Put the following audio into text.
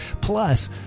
Plus